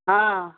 हँ